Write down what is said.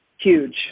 huge